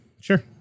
Sure